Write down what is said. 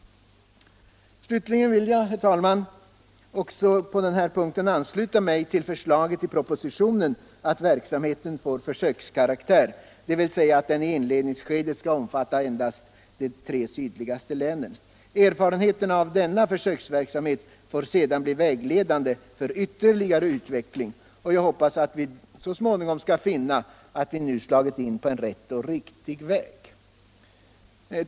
Slutligen vill jag, herr talman, också på den här punkten ansluta mig till förslaget i propositionen att verksamheten får försökskaraktär, dvs. att den i inledningsskedet skall omfatta endast de tre sydligaste länen. Erfarenheterna av denna försöksverksamhet får sedan bli vägledande för ytterligare utveckling och jag hoppas att vi så småningom skall finna att vi nu slagit in på en rätt och riktig väg.